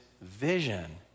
vision